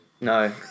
No